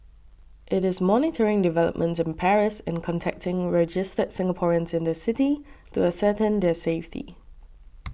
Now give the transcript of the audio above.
it is monitoring developments in Paris and contacting registered Singaporeans in the city to ascertain their safety